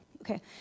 Okay